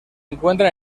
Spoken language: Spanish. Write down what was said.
encuentran